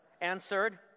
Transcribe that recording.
answered